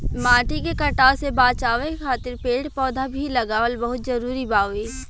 माटी के कटाव से बाचावे खातिर पेड़ पौधा भी लगावल बहुत जरुरी बावे